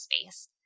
space